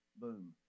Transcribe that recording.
Boom